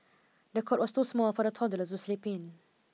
the cot was too small for the toddler to sleep in